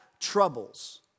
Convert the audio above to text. troubles